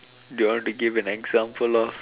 do you want to give an example of